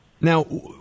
Now